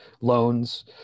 loans